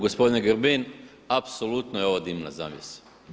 Gospodine Grbin apsolutno je ovo dimna zavjesa.